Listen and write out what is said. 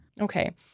Okay